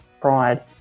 pride